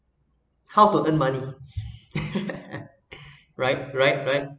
how to earn money right right right